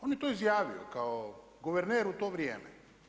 On je to izjavio kao guverner u to vrijeme.